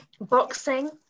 Boxing